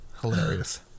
hilarious